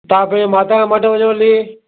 तव्हां पहिरियों माता जो मड वञो हली